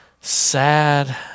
sad